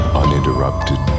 uninterrupted